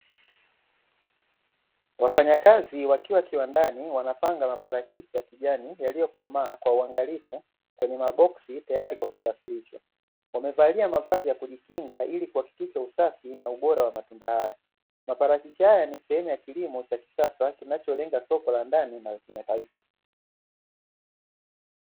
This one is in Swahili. Wafanyakazi wakiwa kiwandani wanapanga maparachichi ya kijani yaliyokomaa kwa uangalifu kwenye maboksi tayari kwa kusafirishwa, wamevalia mavazi ya kujikinga ili kuhakikisha usafi na ubora wa matunda haya maparachicha haya ni sehemu ya kilimo cha kisasa kinacholenga soko la ndani na kimataifa.